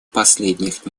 последних